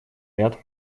ряд